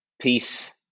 peace